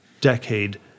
decade